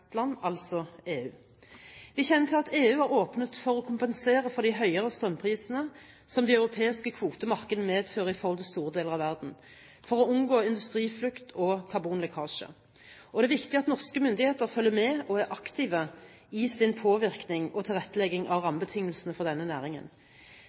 konkurrentland, altså EU. Vi kjenner til at EU har åpnet for å kompensere for de høyere strømprisene som de europeiske kvotemarkedene medfører i forhold til store deler av verden, for å unngå industriflukt og karbonlekkasje, og det er viktig at norske myndigheter følger med og er aktive i sin påvirkning og tilrettelegging av